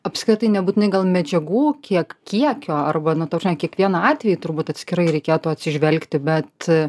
apskritai nebūtinai gal medžiagų kiek kiekio arba na ta prasme į kiekvieną atvejį turbūt atskirai reikėtų atsižvelgti bet